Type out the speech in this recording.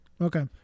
Okay